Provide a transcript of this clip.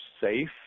safe